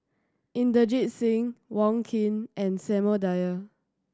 Inderjit Singh Wong Keen and Samuel Dyer